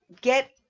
get